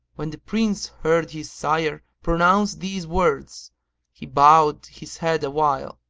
when the prince heard his sire pronounce these words he bowed his head awhile,